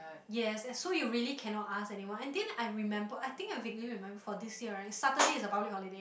yes and so you really cannot ask anyone and then I remember I think I vaguely remember for this year right Saturday is a public holiday